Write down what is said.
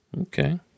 Okay